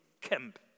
camp